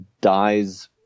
dies